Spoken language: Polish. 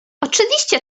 oczywiście